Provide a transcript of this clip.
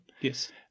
Yes